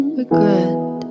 regret